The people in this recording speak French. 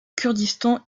kurdistan